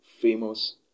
famous